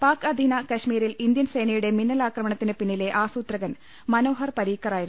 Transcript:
പാക് അധീന കശ്മീരിൽ ഇന്ത്യൻ സേനയുടെ മിന്നലാക്രമണത്തിന് പിന്നിലെ ആസൂത്രകൻ ്മനോഹർ പരീക്കറായിരുന്നു